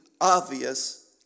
obvious